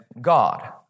God